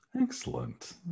Excellent